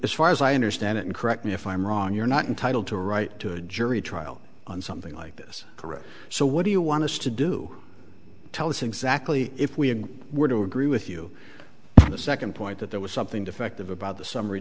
as far as i understand it and correct me if i'm wrong you're not entitled to a right to a jury trial on something like this correct so what do you want to still do tell us exactly if we were to agree with you on the second point that there was something defective about the summary